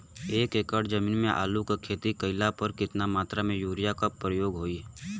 एक एकड़ जमीन में आलू क खेती कइला पर कितना मात्रा में यूरिया क प्रयोग होई?